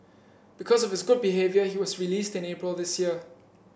because of his good behaviour he was released in April this year